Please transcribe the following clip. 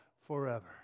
forever